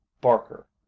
barker